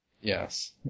Yes